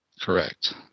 correct